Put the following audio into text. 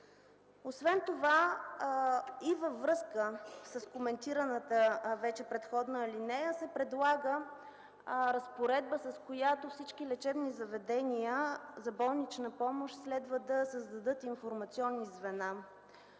Освен това и във връзка с коментираната предходна алинея се предлага разпоредба, с която всички лечебни заведения за болнична помощ следва да създадат информационни звена.